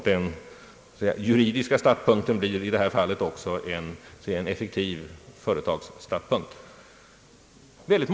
Den juridiska startpunkten blir i det fallet alltså också en effektiv företagsstartpunkt.